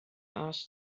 asked